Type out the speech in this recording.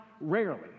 rarely